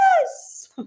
yes